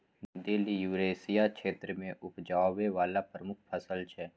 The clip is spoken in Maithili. दिल युरेसिया क्षेत्र मे उपजाबै बला प्रमुख फसल छै